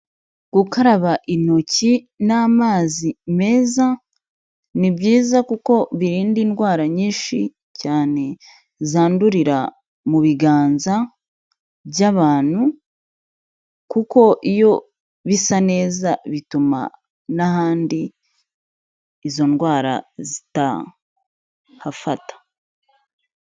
Gukaraba intoki n'amazi meza ni byiza kuko birinda indwara nyinshi cyane zandurira mu biganza by'abantu kuko iyo bisa neza bituma n'ahandi izo ndwara zitahafata.